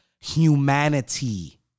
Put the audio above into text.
Humanity